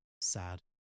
Sad